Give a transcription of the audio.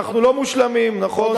אנחנו לא מושלמים, נכון.